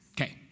Okay